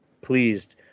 pleased